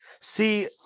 see